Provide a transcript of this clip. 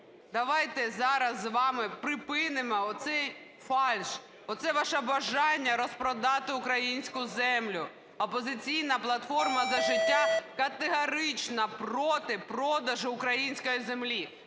Давайте зараз з вами припинимо оцей фальш, оце ваше бажання розпродати українську землю. "Опозиційна платформа - За життя" категорично проти продажу української землі.